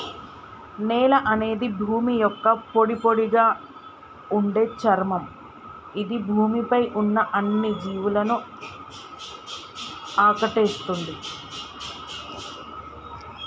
నేల అనేది భూమి యొక్క పొడిపొడిగా ఉండే చర్మం ఇది భూమి పై ఉన్న అన్ని జీవులను ఆకటేస్తుంది